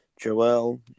Joel